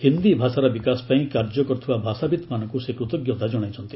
ହିନ୍ଦୀ ଭାଷାର ବିକାଶ ପାଇଁ କାର୍ଯ୍ୟ କରୁଥିବା ଭାଷାବିତ୍ମାନଙ୍କୁ ସେ କୃତଜ୍ଞତା ଜଣାଇଛନ୍ତି